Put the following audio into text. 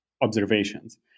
observations